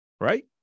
right